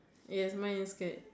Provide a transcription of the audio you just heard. yes mine is skirt